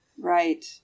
right